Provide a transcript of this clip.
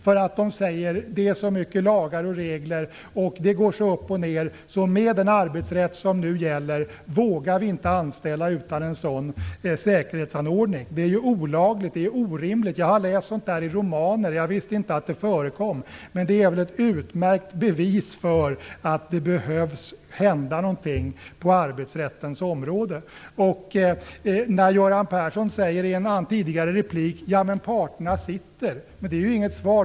Man tycker att det finns så mycket lagar och regler och att det går så mycket upp och ned så att de med den arbetsrätt som nu gäller inte vågar anställa utan att ha en sådan här säkerhetsanordning. Detta är ju olagligt och orimligt! Jag har läst om sådant i romaner, men jag visste inte att det verkligen förekommer. Det är ett utmärkt bevis för att någonting behöver hända på arbetsrättens område. Göran Persson sade i ett tidigare inlägg att parterna sitter. Men det är ju inget svar.